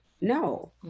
No